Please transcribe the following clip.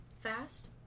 Fast